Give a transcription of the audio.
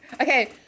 Okay